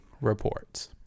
reports